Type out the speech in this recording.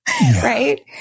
Right